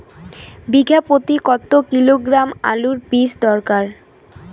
বিঘা প্রতি কত কিলোগ্রাম আলুর বীজ দরকার?